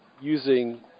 using